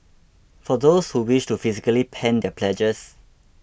for those who wish to physically pen their pledges